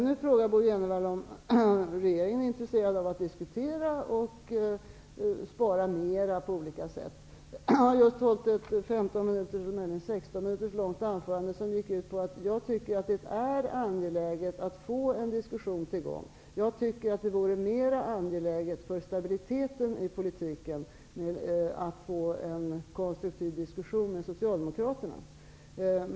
Nu frågar Bo Jenevall om regeringen är intresserad av att diskutera och spara mer på olika sätt. Jag hade ett 15 minuter, möjligen 16 minuter långt anförande som gick ut på att jag tycker att det är angeläget att få en diskussion till stånd. Jag tycker att det vore mer angeläget för stabiliteten i politiken att få en konstruktiv diskussion med Socialdemokraterna.